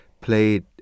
played